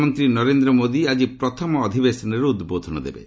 ପ୍ରଧାନମନ୍ତ୍ରୀ ନରେନ୍ଦ୍ର ମୋଦି ଆଜି ପ୍ରଥମ ଅଧିବେଶନରେ ଉଦ୍ବୋଧନ ଦେବେ